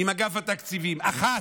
אחת,